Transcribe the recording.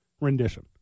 rendition